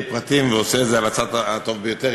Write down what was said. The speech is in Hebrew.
פרטים ועושה את זה על הצד הטוב ביותר,